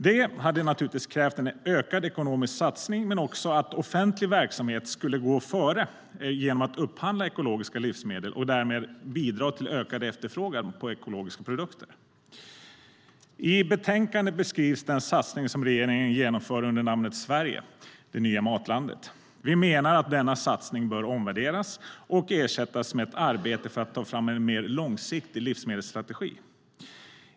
Det hade naturligtvis krävt en ökad ekonomisk satsning och att offentlig verksamhet skulle gå före genom att upphandla ekologiska livsmedel och därmed bidra till ökad efterfrågan på ekologiska produkter. I betänkandet beskrivs den satsning som regeringen genomför under namnet "Sverige - det nya matlandet". Vi menar att denna satsning bör omvärderas och ersättas med ett arbete för att ta fram en mer långsiktig livsmedelsstrategi.